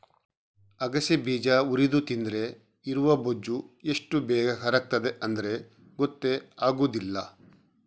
ಅಗಸೆ ಬೀಜ ಹುರಿದು ತಿಂದ್ರೆ ಇರುವ ಬೊಜ್ಜು ಎಷ್ಟು ಬೇಗ ಕರಗ್ತದೆ ಅಂದ್ರೆ ಗೊತ್ತೇ ಆಗುದಿಲ್ಲ